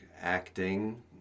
acting